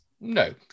No